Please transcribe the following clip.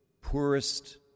poorest